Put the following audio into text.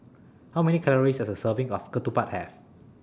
How Many Calories Does A Serving of Ketupat Have